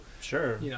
Sure